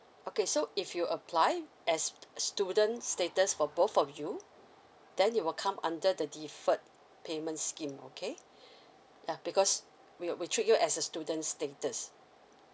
okay so if you apply as student status for both of you then you will come under the deferred payment scheme okay yeah because we we treat you as a student status